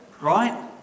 right